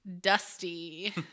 dusty